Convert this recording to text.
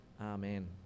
Amen